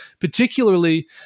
particularly